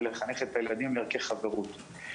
ולחנך את הילדים לערכי חברות.